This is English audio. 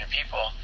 people